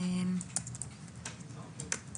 שאם הוא יצא,